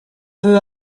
veut